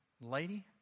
Lady